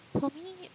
for me